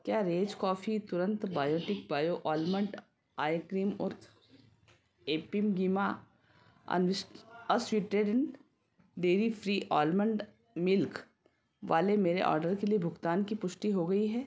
क्या rage coffee तुरंत biotique bio almond ice cream और epigamia unsweetened dairy free almond milk वाले मेरे ऑर्डर के लिए भुगतान की पुष्टि हो गई है